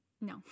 no